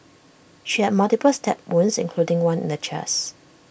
she had multiple stab wounds including one in the chest